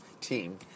team